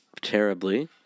terribly